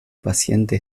paciente